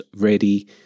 ready